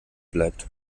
bleibt